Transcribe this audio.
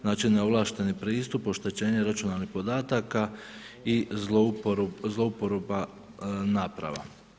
Znači neovlašteni pristup, oštećenje računalnih podataka i zlouporaba naprava.